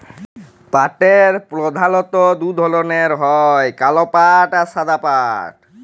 পাটের পরধালত দু ধরলের হ্যয় কাল পাট আর সাদা পাট